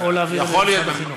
יכול להיות בהחלט.